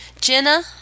Jenna